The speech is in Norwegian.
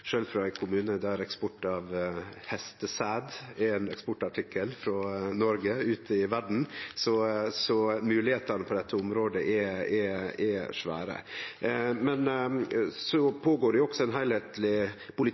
sjølv frå ein kommune der hestesæd er ein eksportartikkel frå Noreg ut i verda, så moglegheitene på dette området er store. Det går også føre seg ein